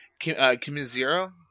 Kimizero